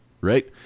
right